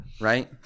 Right